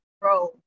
Bro